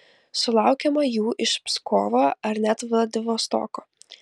sulaukiama jų iš pskovo ar net vladivostoko